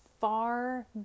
far